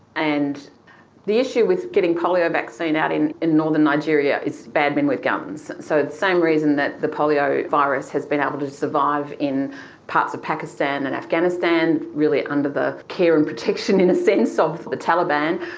and the issue with getting polio vaccine out in in northern nigeria is bad men with guns. so the same reason that the poliovirus has been able to survive in parts of pakistan and afghanistan really under the care and protection, in a sense, of the taliban.